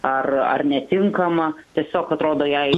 ar ar netinkama tiesiog atrodo jai